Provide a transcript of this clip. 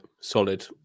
solid